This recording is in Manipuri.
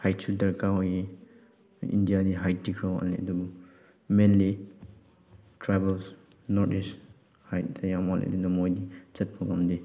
ꯍꯥꯏꯠꯁꯨ ꯗꯔꯀꯥꯔ ꯑꯣꯏꯌꯦ ꯏꯟꯗꯤꯌꯥꯗꯤ ꯍꯥꯏꯠꯇꯤ ꯈꯔ ꯋꯥꯠꯂꯦ ꯑꯗꯨꯕꯨ ꯃꯦꯟꯂꯤ ꯇ꯭ꯔꯥꯏꯕꯦꯜ ꯅꯣꯔꯠ ꯏꯁ ꯍꯥꯏꯠꯇ ꯌꯥꯝ ꯋꯥꯠꯂꯦ ꯑꯗꯨꯅ ꯃꯣꯏꯗꯤ ꯆꯠꯄ ꯉꯝꯗꯦ